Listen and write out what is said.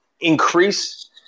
increase